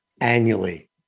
annually